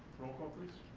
roll call please.